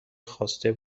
خواسته